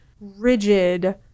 rigid